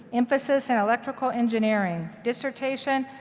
emphasis in electrical engineering. dissertation,